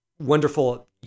wonderful